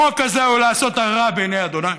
החוק הזה הוא לעשות הרע בעיני ה'.